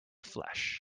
flesh